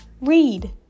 Read